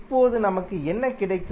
இப்போது நமக்கு என்ன கிடைக்கும்